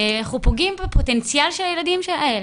אנחנו פוגעים בפוטנציאל של הילדים האלה.